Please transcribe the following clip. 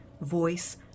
voice